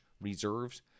reserves